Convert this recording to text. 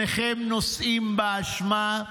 שניכם נושאים באשמה: